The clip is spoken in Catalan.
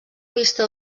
vista